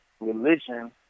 Religion